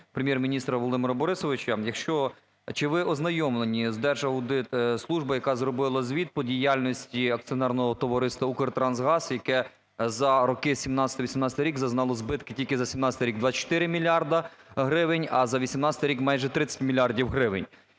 Прем`єр-міністра Володимира Борисовича. Чи ви ознайомлені з Держаудитслужбою, яка зробила звіт по діяльності Акціонерного товариства "Укртрансгаз", яке за роки, 17 – 18-й рік, зазнало збитків тільки 17-й рік – 24 мільярди гривень, а за 18-й рік – майже 30 мільярдів гривень.